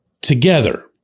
together